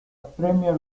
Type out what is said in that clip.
premier